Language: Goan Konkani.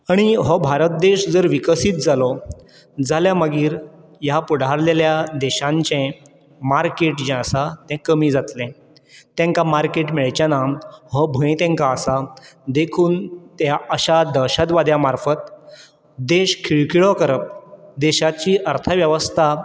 आनी हो भारत देश जर विकसीत जालो जाल्यार मागीर ह्या फुडारलेल्या देशांचें मार्केट जें आसा तें कमी जातलें तेंकां मार्केट मेळचें ना हो भंय तेंकां आसा देखून ते अशा दहशतवाद्या मार्फत देश खिळखिळो करप देशाची अर्थवेवस्ता